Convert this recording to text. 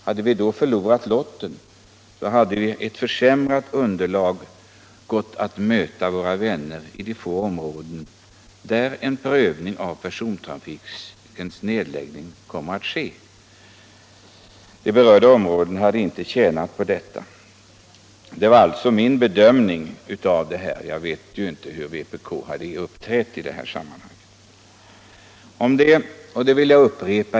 Om vi då hade förlorat lottningen, så hade vi fått ett försämrat underlag när vi gått att möta vänner i de få områden där en nedläggning av persontrafiken kommer att ske. Och det hade man ju inte tjänat på i berörda områden. Detta har sålunda varit min bedömning. Men jag vet ju inte hur vpk hade uppträtt i ett sådant läge.